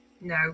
No